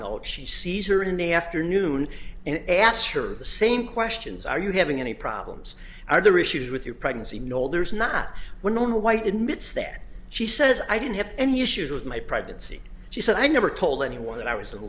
note she sees her in the afternoon and asked her the same questions are you having any problems are there issues with your pregnancy no there's not one white admits that she says i didn't have any issues with my pregnancy she said i never told anyone that i was in